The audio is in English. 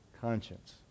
conscience